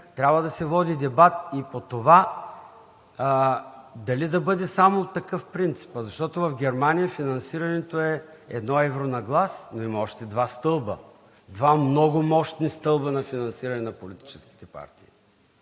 трябва да се води дебат и по това дали да бъде само такъв принципът, защото в Германия финансирането е едно евро на глас, но има още два стълба – два много мощни стълба на финансиране на политическите партии.